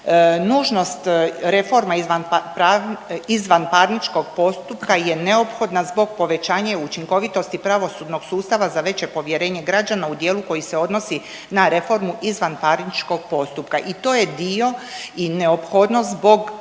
nužnost reforma izvanparničkog postupka je neophodna zbog povećanja učinkovitosti pravosudnog sustava za veće povjerenje građana u dijelu koji se odnosi na reformu izvanparničkog postupka i to je dio i neophodnost zbog